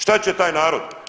Šta će taj narod?